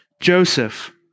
Joseph